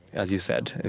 as you said,